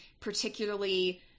particularly